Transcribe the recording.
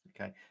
Okay